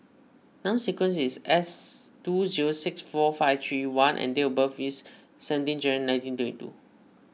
Number Sequence is S two zero six four five three one F and date of birth is seventeen January nineteen twenty two